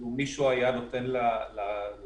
שאין להם ממה